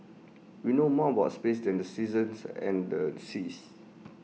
we know more about space than the seasons and the seas